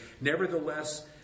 Nevertheless